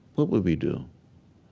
what would we do?